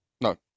No